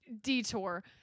detour